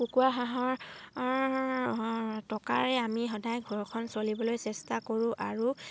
কুকুুৰা হাঁহৰ টকাৰে আমি সদায় ঘৰখন চলিবলৈ চেষ্টা কৰোঁ আৰু